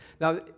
Now